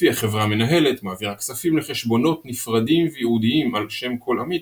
לפיה חברה מנהלת מעבירה כספים לחשבונות נפרדים וייעודיים על שם כל עמית,